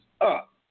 up